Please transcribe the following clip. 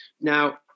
Now